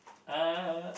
uh